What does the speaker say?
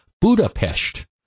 Budapest